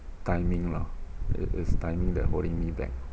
timing lah it is timing that holding me back